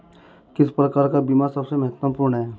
किस प्रकार का बीमा सबसे महत्वपूर्ण है?